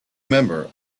member